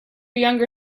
younger